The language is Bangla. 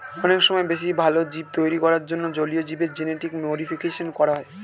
অনেক সময় বেশি ভালো জীব তৈরী করার জন্যে জলীয় জীবের জেনেটিক মডিফিকেশন করা হয়